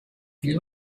viel